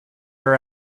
her